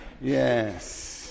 Yes